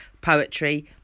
poetry